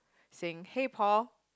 saying hey Paul